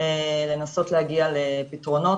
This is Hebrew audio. לנסות להגיע לפתרונות.